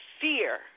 fear